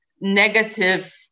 negative